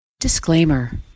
Disclaimer